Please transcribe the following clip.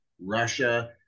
Russia